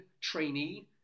trainee